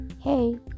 hey